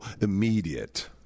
immediate